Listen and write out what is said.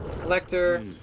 collector